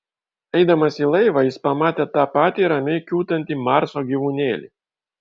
eidamas į laivą jis pamatė tą patį ramiai kiūtantį marso gyvūnėlį